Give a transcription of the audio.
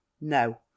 No